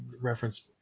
reference